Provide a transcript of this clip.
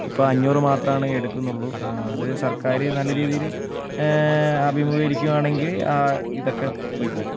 ഇപ്പോൾ അഞ്ഞൂറ് മാത്രമാണ് എടുക്കുന്നുള്ളൂ അത് സർക്കാർ നല്ല രീതിയിൽ അഭിമുഖീകരിക്കുവാണെങ്കിൽ ഇതൊക്കെ പോയിക്കോളും